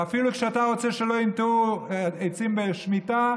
ואפילו כשאתה רוצה שלא ייטעו עצים בשמיטה,